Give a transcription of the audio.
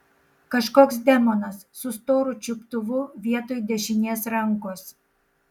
kažkoks demonas su storu čiuptuvu vietoj dešinės rankos